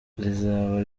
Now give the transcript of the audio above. rizaba